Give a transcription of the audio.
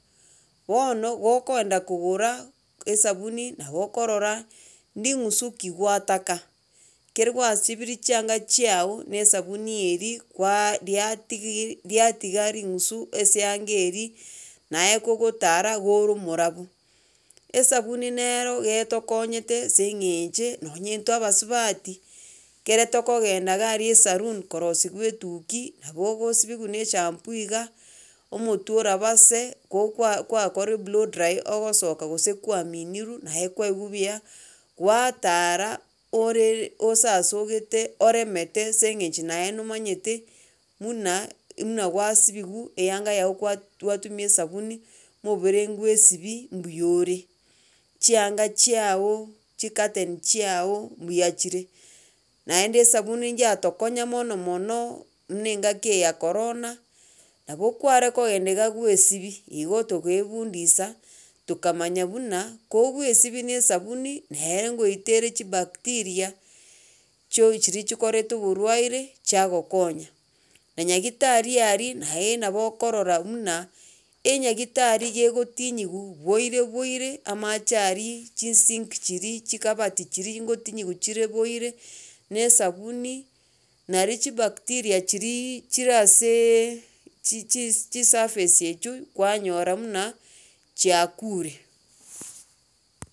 Bono gokoenda kogora esabuni nabo okorora nding'usu ki gwataka, ekere gwasibirie chianga chiago na esabuni eria kwaaaa riatigi riatiga ring'usu ase eyanga eria, naye kogotara gore omorabu. Esabuni nero getokonyete ase eng'enche nonye intwe abasubati ekere tokogenda iga aria esaroon korosiwa etuki, nabo ogosibiwa na eshampoo iga, omtwe oraba se kokwa kwarorire blow dry ogosoka gose kwaminirwe naye kwaigwa buya, gwatara ore osasogete oremete ase eng'encho naye nomanyete muna muna gwasibiwa eyanga yago kwa gwatumia esabuni, omobere ngwaesibia mbuyore. Chianga chaigo, chicurtain chiago, mbuya chire, naende esabuni yatokonya mono mono muna engaki eye ya korona, nabo kware kogenda iga gwaesibia igo togaebundisa tokamanya buna kogoesibi na esabuni nere ngoitere chibacteria chio chiria chikoreta oborwaire chiagokonya. Na nyagetari aria naye nabo okorora muna enyagitari gegotinyiwa boire boire amache aria chisink chiria chikabati chiria ngotinyiwa chire boire, na esabuni nari chibacteria chiriii chire aseee chi chi chisurface echio, kwanyora muna chiakure.